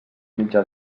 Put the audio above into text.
mitjà